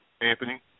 Anthony